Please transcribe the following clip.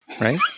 right